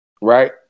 right